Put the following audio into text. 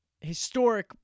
historic